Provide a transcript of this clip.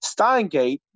Steingate